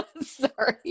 Sorry